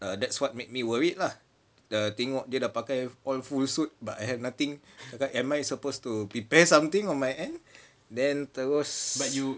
err that's what made me worried lah tengok dia dah pakai all full suit but I have nothing like am I supposed to prepare something on my end then terus